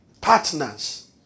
partners